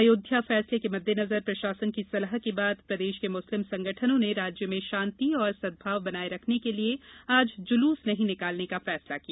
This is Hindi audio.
अयोध्या फैसले के मद्देनजर प्रशासन की सलाह के बाद प्रदेश के मुस्लिम संगठनों ने राज्य में शान्ति और सद्भाव बनाये रखने के लिये आज जुलूस नहीं निकालने का फैसला किया